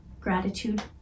gratitude